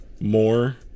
more